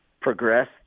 progress